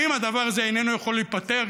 האם הדבר הזה איננו יכול להיפתר?